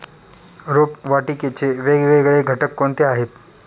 रोपवाटिकेचे वेगवेगळे घटक कोणते आहेत?